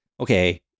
Okay